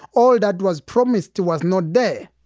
all that was promised was not there.